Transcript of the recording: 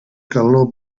calor